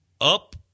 up